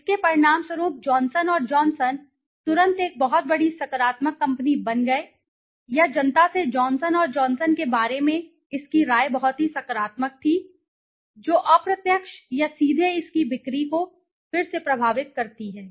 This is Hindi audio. इसके परिणामस्वरूप जॉनसन और जॉनसन तुरंत एक बहुत बड़ी सकारात्मक कंपनी बन गए या जनता से जॉनसन और जॉनसन के बारे में इसकी राय बहुत ही सकारात्मक थी जो अप्रत्यक्ष या सीधे इसकी बिक्री को फिर से प्रभावित करती है